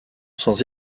sans